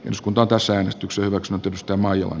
jos kuntotaso äänestykseen maksatusta maa johon